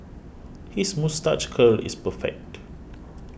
his moustache curl is perfect